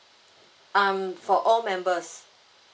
um for all members